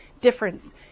difference